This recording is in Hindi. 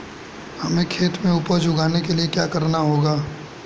हमें खेत में उपज उगाने के लिये क्या करना होगा?